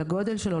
לגודל שלו,